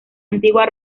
antigua